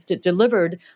delivered